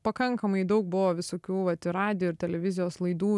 pakankamai daug buvo visokių vat ir radijo ir televizijos laidų